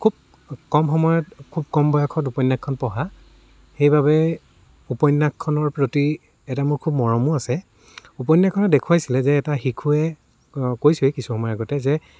খুব কম সময়ত খুব কম বয়সত উপন্যাসখন পঢ়া সেইবাবে উপন্যাসখনৰ প্ৰতি এটা মোৰ খুব মৰমো আছে উপন্যাসখনে দেখুৱাইছিলে যে এটা শিশুৱে কৈছোঁৱে কিছুসময়ৰ আগতে যে